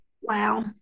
Wow